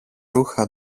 ρούχα